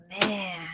man